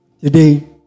today